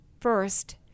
first